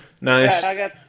Nice